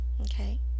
Okay